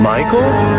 Michael